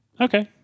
okay